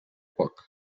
poc